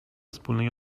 wspólnej